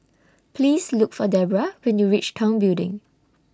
Please Look For Debrah when YOU REACH Tong Building